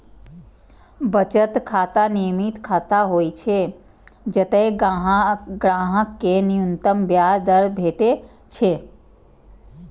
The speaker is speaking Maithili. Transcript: बचत खाता नियमित खाता होइ छै, जतय ग्राहक कें न्यूनतम ब्याज दर भेटै छै